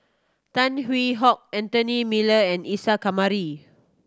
Tan Hwee Hock Anthony Miller and Isa Kamari